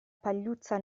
pagliuzza